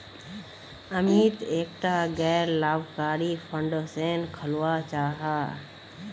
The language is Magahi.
अमित एकटा गैर लाभकारी फाउंडेशन खोलवा चाह छ